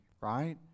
right